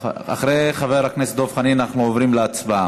אחרי דברי חבר הכנסת דב חנין אנחנו עוברים להצבעה.